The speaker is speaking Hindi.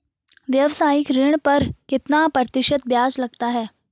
व्यावसायिक ऋण पर कितना प्रतिशत ब्याज लगता है?